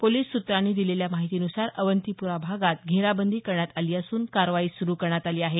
police सुत्रांनी दिलेल्या माहितीनुसार अवंतीपुरा भागात घेराबंदी करण्यात आली असून कारवाई सुरू आली आहे